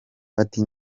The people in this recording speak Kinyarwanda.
bati